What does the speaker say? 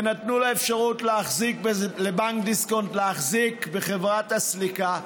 ונתנו אפשרות לבנק דיסקונט להחזיק בחברת הסליקה.